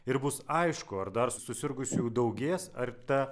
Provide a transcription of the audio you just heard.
ir bus aišku ar dar susirgusiųjų daugės ar ta